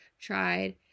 tried